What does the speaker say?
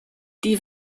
die